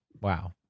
Wow